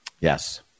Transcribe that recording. Yes